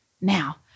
Now